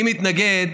אני מתנגד